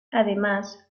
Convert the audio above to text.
además